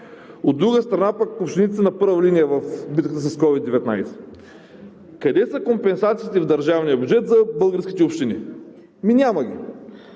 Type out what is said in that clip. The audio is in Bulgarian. от друга страна пък, общините са на първа линия в битката с COVID-19. Къде са компенсациите в държавния бюджет за българските общини? Ами няма ги!